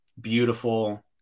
beautiful